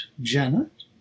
Janet